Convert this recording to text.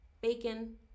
bacon